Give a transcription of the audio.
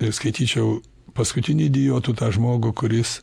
ir skaityčiau paskutiniu idiotu tą žmogų kuris